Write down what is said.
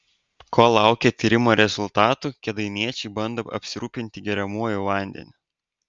kol laukia tyrimo rezultatų kėdainiečiai bando apsirūpinti geriamuoju vandeniu